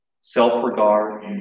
self-regard